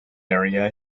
area